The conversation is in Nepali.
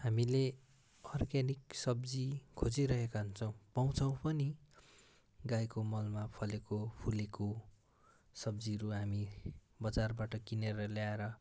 हामीले अर्ग्यानिक सब्जी खोजिरहेका हुन्छौँ पाउँछौँ पनि गाईको मलमा फलेको फुलेको सब्जीहरू हामी बजारबाट किनेर ल्याएर